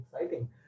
exciting